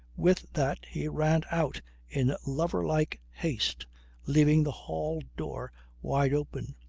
with that he ran out in lover-like haste leaving the hall-door wide open.